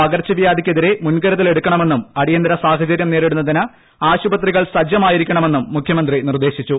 പകർച്ചവ്യാധിക്കെതിരെ മുൻകരുതൽ എടുക്കണമെന്നും അടിയന്തര സാഹചര്യം നേരിടുന്നതിന് ആശുപത്രികൾ സജ്ജമായിരിക്കണമെന്നും മുഖ്യമന്ത്രി നിർദ്ദേശിച്ചു